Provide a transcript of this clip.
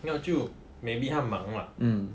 没有就 maybe 他忙 mah